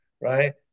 right